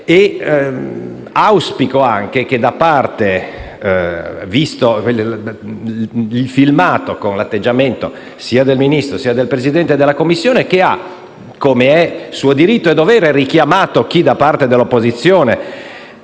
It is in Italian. di questo genere. Visto anche il filmato con l'atteggiamento sia del Ministro che del Presidente della Commissione, che ha, come è suo diritto e dovere, richiamato chi, da parte dell'opposizione,